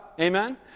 Amen